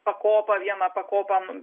pakopą vieną pakopą